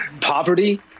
poverty